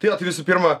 tai vat visų pirma